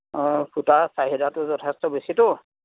সূতা চাহিদাটো যথেষ্ট বেছিতো